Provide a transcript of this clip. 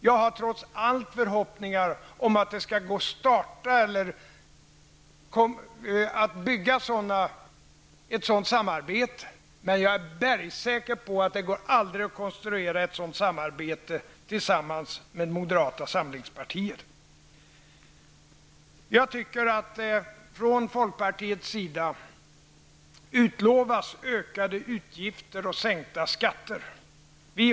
Jag har trots allt förhoppningar om att det skall gå att bygga upp ett sådant samarbete, men jag är bergsäker på att det inte går att konstruera ett sådant samarbete tillsammans med moderata samlingspartiet. Från folkpartiets sida har det utlovats ökade utgifter och sänkta skatter.